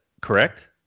correct